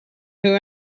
who